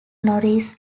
norris